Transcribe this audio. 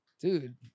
dude